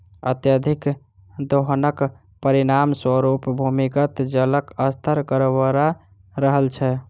अत्यधिक दोहनक परिणाम स्वरूप भूमिगत जलक स्तर गड़बड़ा रहल छै